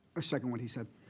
i second what he said.